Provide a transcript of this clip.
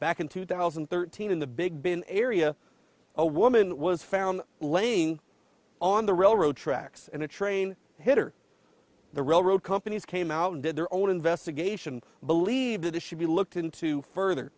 back in two thousand and thirteen in the big bin area a woman was found laying on the railroad tracks and a train hit or the railroad companies came out and did their own investigation believe that this should be looked into further